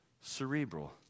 cerebral